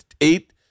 eight